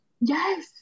Yes